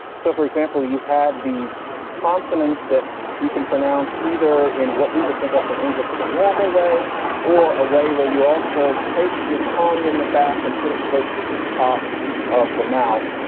so, for example, you have these consonants that you can pronounce either in what we would think of from english as a normal way or a way where you also take your tongue in the back and put it closer to the top of the mouth,